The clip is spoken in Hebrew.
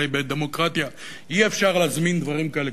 הרי בדמוקרטיה אי-אפשר להזמין דברים כאלה,